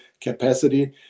capacity